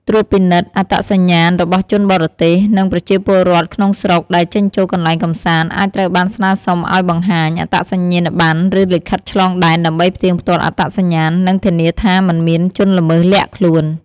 ត្រួតពិនិត្យអត្តសញ្ញាណ របស់ជនបរទេស និងប្រជាពលរដ្ឋក្នុងស្រុក ដែលចេញចូលកន្លែងកម្សាន្ត អាចត្រូវបានស្នើសុំឲ្យបង្ហាញ អត្តសញ្ញាណប័ណ្ណ ឬលិខិតឆ្លងដែន ដើម្បីផ្ទៀងផ្ទាត់អត្តសញ្ញាណ និងធានាថាមិនមានជនល្មើសលាក់ខ្លួន។